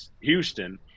Houston